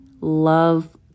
love